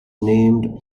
named